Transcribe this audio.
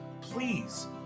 Please